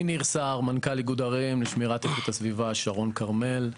אני מנכ"ל איגוד ערים לשמירת איכות הסביבה שרון-כרמל.